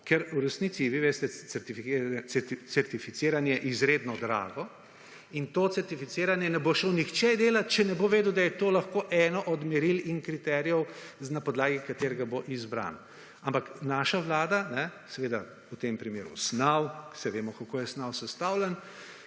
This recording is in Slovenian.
ker v resnici, vi veste, certificiranje je izredno drago in to certificiranje ne bo šel nihče delat, če ne bo vedel, da je to lahko eno od meril in kriterijev, na podlagi katerega bo izbran. Ampak naša vlada, seveda v tem primeru SNAV, saj vemo, kako je SNAV sestavljen,